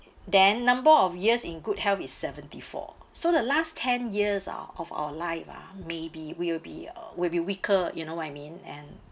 then number of years in good health is seventy-four so the last ten years ah of our life ah maybe we will be uh we'll be weaker you know what I mean and